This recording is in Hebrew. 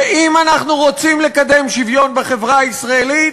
ואם אנחנו רוצים לקדם שוויון בחברה הישראלית,